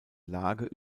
lage